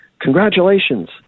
congratulations